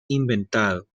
inventado